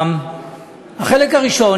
החלק הראשון,